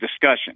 discussion